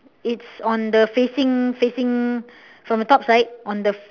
it's on the facing facing from the top side on the